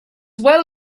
well